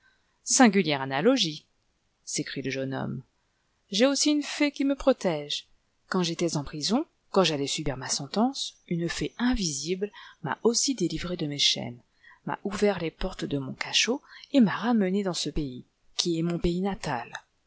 singulière analogie s'écrie le jeune homme jai aussi une fée qui me protège quand j'étais en prison quand j'allais subir ma sentence une fée invisible m'a aussi délivré de mes chaînes m'a ouvert les portes de mon cachot et m'a ramené dans ce pays qui est mon pays natal